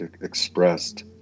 expressed